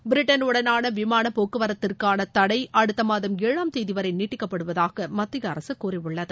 Britain உடனான விமானப் போக்குவரத்திற்கான தடை அடுத்த மாதம் ஏழாம் தேதி வரை நீட்டிக்கப்படுவதாக மத்திய அரசு கூறியுள்ளது